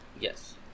yes